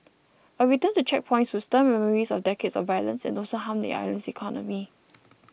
a return to checkpoints would stir memories of decades of violence and also harm the island's economy